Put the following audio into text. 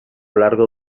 largo